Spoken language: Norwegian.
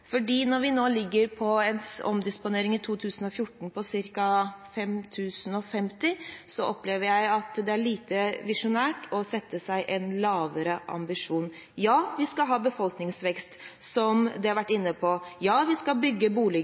når vi ligger på en omdisponering i 2014 på ca. 5 050, opplever jeg at det er lite visjonært å sette seg en lavere ambisjon. Ja, vi skal ha befolkningsvekst, som noen har vært inne på. Ja, vi skal bygge boliger.